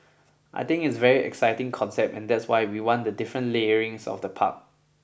I think it's a very exciting concept and that's why we want the different layerings of the park